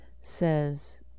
says